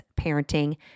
parenting